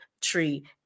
tree